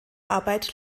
arbeit